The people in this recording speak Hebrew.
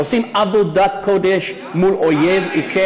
שעושים עבודת קודש מול אויב עיקש,